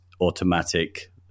automatic